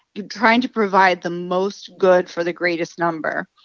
you're trying to provide the most good for the greatest number.